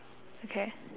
okay